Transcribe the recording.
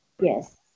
Yes